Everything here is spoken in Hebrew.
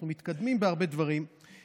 אנחנו מתקדמים בהרבה דברים.